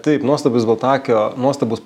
taip nuostabus baltakio nuostabus